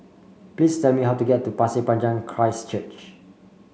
please tell me how to get to Pasir Panjang Christ Church